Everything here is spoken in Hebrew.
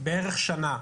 בערך שנה.